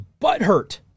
butthurt